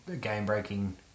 game-breaking